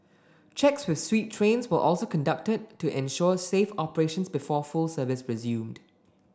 checks with sweep trains were also conducted to ensure safe operations before full service resumed